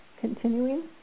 continuing